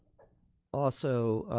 also,